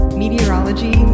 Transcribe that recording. meteorology